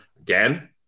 Again